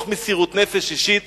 תוך מסירות נפש אישית,